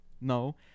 no